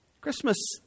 Christmas